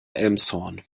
elmshorn